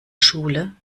schule